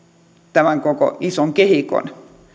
tämän koko ison kehikon